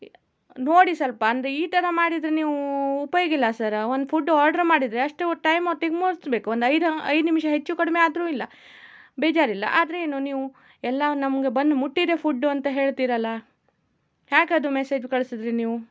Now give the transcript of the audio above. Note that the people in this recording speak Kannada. ನೋಡಿ ಸ್ವಲ್ಪ ಅಂದರೆ ಈ ಥರ ಮಾಡಿದರೆ ನೀವು ಉಪ್ಯೋಗ ಇಲ್ಲ ಸರ್ ಒಂದು ಫುಡ್ ಆರ್ಡರ್ ಮಾಡಿದರೆ ಅಷ್ಟು ಟೈಮು ಟಿಮ್ ಹೊಡೆಸ್ಬೇಕು ಒಂದು ಐದು ಐದು ನಿಮಿಷ ಹೆಚ್ಚು ಕಡಿಮೆ ಆದರೂ ಇಲ್ಲ ಬೇಜಾರಿಲ್ಲ ಆದರೇನು ನೀವು ಎಲ್ಲ ನಮಗೆ ಬಂದು ಮುಟ್ಟಿದೆ ಫುಡ್ಡು ಅಂತ ಹೇಳ್ತೀರಲ್ಲ ಹೇಗೆ ಅದು ಮೆಸೇಜು ಕಳಿಸಿದ್ರೆ ನೀವು